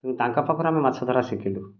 ତାଙ୍କ ପାଖରେ ଆମେ ମାଛ ଧରା ଶିଖିଲୁ